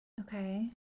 Okay